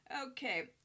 okay